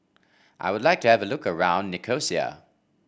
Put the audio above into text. I would like to have a look around Nicosia